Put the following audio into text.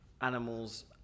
animals